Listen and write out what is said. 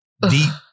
deep